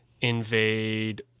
invade